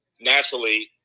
naturally